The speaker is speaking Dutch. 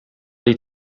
die